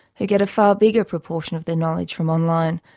who get a far bigger proportion of their knowledge from online,